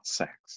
sex